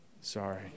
Sorry